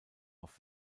auf